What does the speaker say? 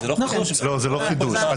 זה לא חידוש.